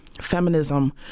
feminism